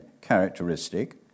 characteristic